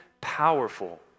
powerful